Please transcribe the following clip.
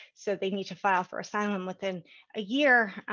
so they need to file for asylum within a year.